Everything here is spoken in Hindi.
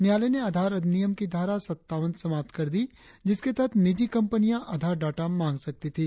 न्यायालय ने आधार अधिनियम की धारा सत्तावन समाप्त कर दी जिसके तहत निजी कंपनियां आधार डाटा मांग सकती थी